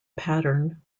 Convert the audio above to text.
pattern